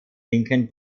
linken